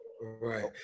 Right